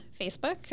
Facebook